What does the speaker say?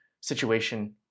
situation